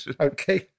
Okay